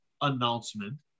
announcement